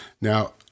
Now